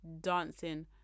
dancing